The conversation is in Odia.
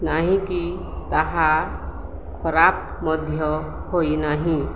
ନାହିଁକି ତାହା ଖରାପ ମଧ୍ୟ ହୋଇନାହିଁ